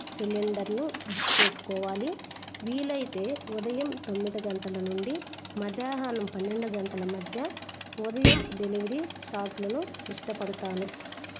సిలిండర్ను బుక్ చేసుకోవాలి వీలైతే ఉదయం తొమ్మిది గంటల నుండి మధ్యాహ్నం పన్నెండు గంటల మధ్య ఉదయం డెలివరీ షాట్లను ఇష్టపడతాను